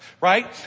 right